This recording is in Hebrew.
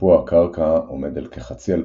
שיפוע הקרקע עומד על כחצי אלפית,